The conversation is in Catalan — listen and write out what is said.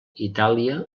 itàlia